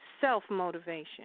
self-motivation